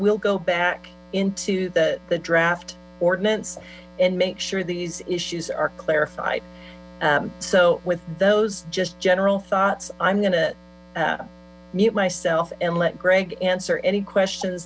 we'll go back into the the draft ordinance and make sure these issues are clarified so with those just general thoughts i'm going to mute myself and let greg answer any questions